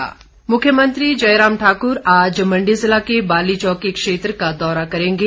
मुख्यमंत्री दौरा मुख्यमंत्री जयराम ठाक्र आज मंडी जिला के बाली चौकी क्षेत्र का दौरा करेंगे